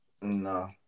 No